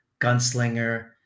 gunslinger